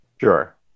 Sure